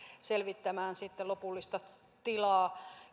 selvittämään sitten lopullista tilaa